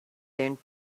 tent